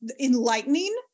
enlightening